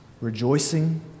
rejoicing